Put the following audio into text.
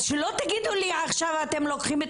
אז אל תגידו לי עכשיו שאתם לוקחים את